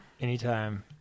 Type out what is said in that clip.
anytime